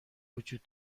وجود